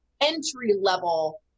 entry-level